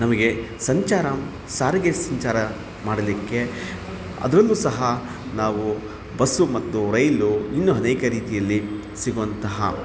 ನಮಗೆ ಸಂಚಾರ ಸಾರಿಗೆ ಸಂಚಾರ ಮಾಡಲಿಕ್ಕೆ ಅದರಲ್ಲೂ ಸಹ ನಾವು ಬಸ್ಸು ಮತ್ತು ರೈಲು ಇನ್ನು ಅನೇಕ ರೀತಿಯಲ್ಲಿ ಸಿಗುವಂತಹ